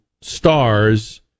stars